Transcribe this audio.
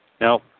Now